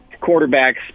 quarterbacks